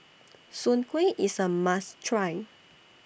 Soon Kueh IS A must Try